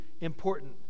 important